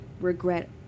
regret